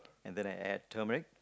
and then I add turmeric